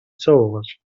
całować